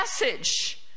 message